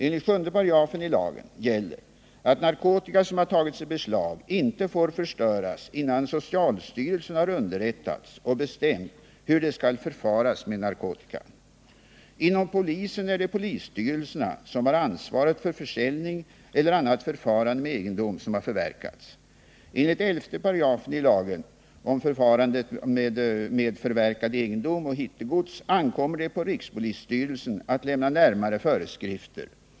Enligt 7 § i lagen gäller att narkotika, som har tagits i beslag, inte får förstöras innan socialstyrelsen har underrättats och bestämt hur det skall förfaras med narkotikan. Inom polisen är det polisstyrelserna som har ansvaret för försäljning eller annat förfarande med egendom som har förverkats. Enligt 11 § lagen om förfarande med förverkad egendom och hittegods ankommer det på rikspolisstyrelsen att lämna närmare föreskrifter.